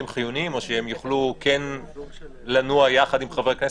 או שהם יוכלו כן לנוע יחד עם חברי הכנסת.